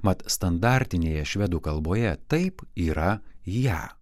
mat standartinėje švedų kalboje taip yra ją